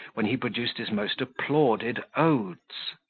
when he produced his most applauded odes.